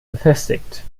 befestigt